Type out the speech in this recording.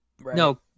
no